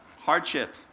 Hardship